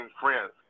friends